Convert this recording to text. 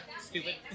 stupid